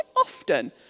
often